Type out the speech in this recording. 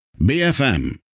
BFM